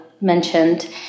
mentioned